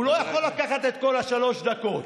הוא לא יכול לקחת את כל שלוש הדקות,